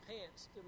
pants